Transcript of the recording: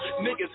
Niggas